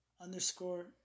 underscore